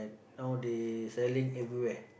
now they selling everywhere